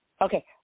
Okay